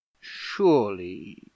surely